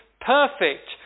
perfect